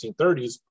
1930s